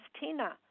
Tina